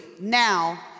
now